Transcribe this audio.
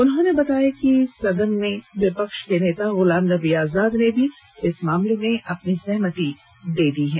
उन्होंने बताया कि सदन में विपक्ष के नेता गुलाम नबी आजाद ने भी इस मामले में अपनी सहमति दे दी है